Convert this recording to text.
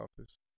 office